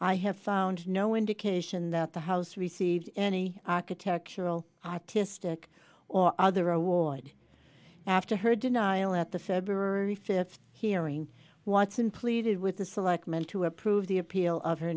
i have found no indication that the house received any architectural to stick or other award after her denial at the february fifth hearing watson pleaded with this like men to approve the appeal of her